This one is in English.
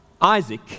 Isaac